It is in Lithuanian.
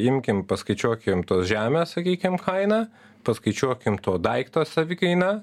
imkim paskaičiuokim tos žemės sakykim kainą paskaičiuokim to daikto savikainą